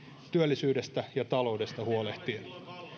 työllisyydestä ja taloudesta huolehtien